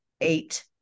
eight